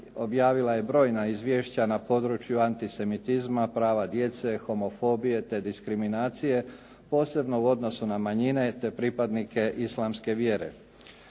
objavila je brojna izvješća na području antisemitizma, prava djece, homofobije te diskriminacije, posebno u odnosu na manjine te pripadnike islamske vjere.